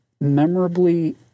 memorably